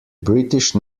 british